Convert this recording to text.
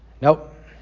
Nope